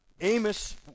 Amos